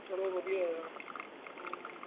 ਚਲੋ ਵਧੀਆ ਆ ਯਾਰ ਹਮ